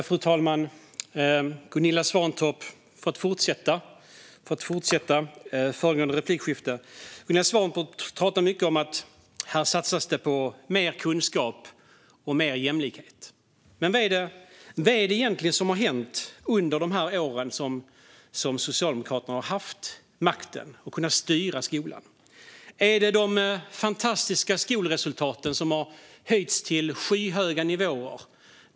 Fru talman! Jag kan fortsätta på ämnet från föregående replikskifte. Gunilla Svantorp pratar mycket om att det satsas på mer kunskap och mer jämlikhet. Men vad är det egentligen som har hänt under de år som Socialdemokraterna har haft makten och har kunnat styra skolan? Har det varit fantastiska skolresultat, som höjts till skyhöga nivåer?